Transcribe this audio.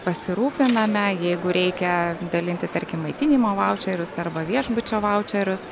pasirūpiname jeigu reikia dalinti tarkim maitinimo vaučerius arba viešbučio vaučerius